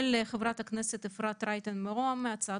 של חברת הכנסת אפרת רייטן מרום בהצעת